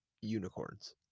unicorns